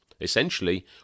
Essentially